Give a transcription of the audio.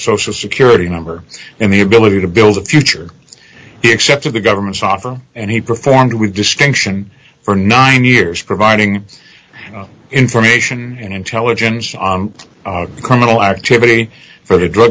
social security number and the ability to build a future except of the government's offer and he performed with distinction for nine years providing information and intelligence on criminal activity for the drug